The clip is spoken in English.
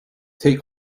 take